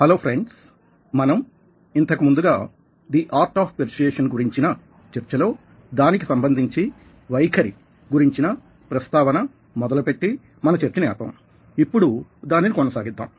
hello friends మనం ఇంతకుముందుగా the art of persuasion గురించిన చర్చలో దానికి సంబంధించి వైఖరి గురించిన ప్రస్తావన మొదలుపెట్టి మన చర్చని ఆపాం ఇప్పుడు దానిని కొనసాగిద్దాం